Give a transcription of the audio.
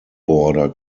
border